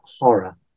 horror